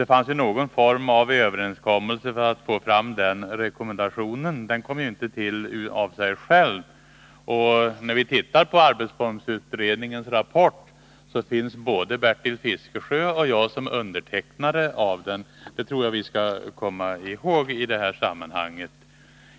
Det fanns någon form av överenskommelse för att få fram rekommendationen — den kom ju inte till av sig själv. När man tittar på arbetsformsutredningens rapport ser man att både Bertil Fiskesjö och jag finns med som undertecknare av den.